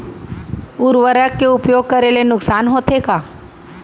उर्वरक के उपयोग करे ले नुकसान होथे का?